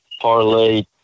parlay